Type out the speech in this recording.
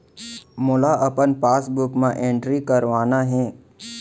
मोला अपन पासबुक म एंट्री करवाना हे?